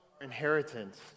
inheritance